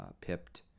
pipped